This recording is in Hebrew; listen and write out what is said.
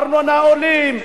ארנונה עולה,